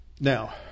now